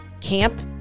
camp